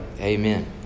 Amen